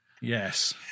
yes